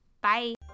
Bye